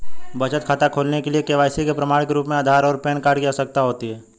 बचत खाता खोलने के लिए के.वाई.सी के प्रमाण के रूप में आधार और पैन कार्ड की आवश्यकता होती है